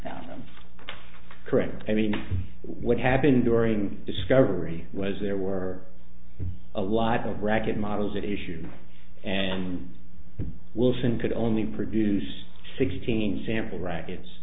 found them correct i mean what happened during discovery was there were a lot of racket models that issue and wilson could only produce sixteen sample rackets